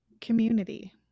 Community